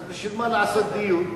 אז בשביל מה לעשות דיון?